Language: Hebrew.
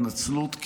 התנצלות,